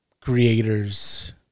Creators